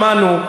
שמענו.